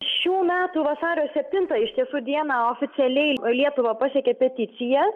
šių metų vasario septintą iš tiesų dieną oficialiai lietuvą pasiekė peticija